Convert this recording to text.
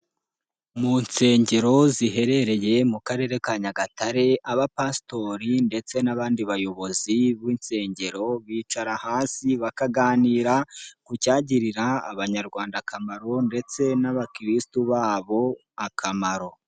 Mu nsengero ziherereye mu karere ka Nyagatare abapasitori ndetse n'abandi bayobozi b'insengero bicara hasi bakaganira ku cyagirira Abanyarwanda akamaro ndetse n'abakiriristu babo akamaro.